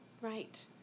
Right